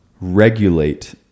regulate